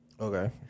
Okay